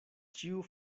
ĉiu